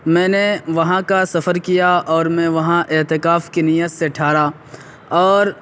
میں نے وہاں کا سفر کیا اور میں وہاں اعتکاف کی نیت سے ٹھہرا اور